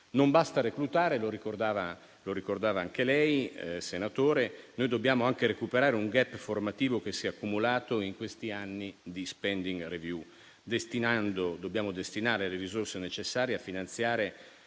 Non basta reclutare, lo ricordava anche lei senatore, ma dobbiamo anche recuperare un *gap* formativo che si è accumulato in questi anni di *spending review.* Dobbiamo destinare le risorse necessarie a finanziare